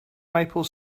maple